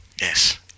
Yes